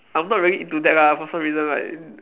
I'm not really into that lah for some reason like